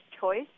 choice